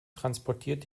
transportiert